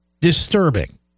disturbing